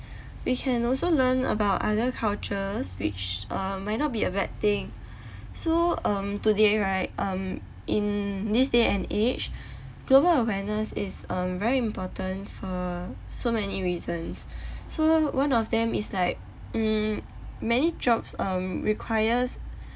we can also learn about other cultures which might not be a bad thing so um today right um in this day and age global awareness is um very important for so many reasons so one of them is like um many jobs um require